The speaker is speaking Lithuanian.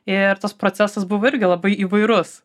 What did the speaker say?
ir tas procesas buvo irgi labai įvairus